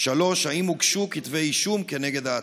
3. האם הוגשו כתבי אישום כנגד העצורים?